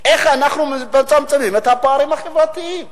איך אנחנו מצמצמים את הפערים החברתיים,